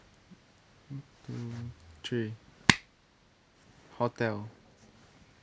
one two three hotel